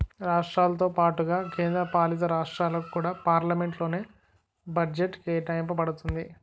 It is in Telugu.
రాష్ట్రాలతో పాటుగా కేంద్ర పాలితరాష్ట్రాలకు కూడా పార్లమెంట్ లోనే బడ్జెట్ కేటాయింప బడుతుంది